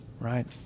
right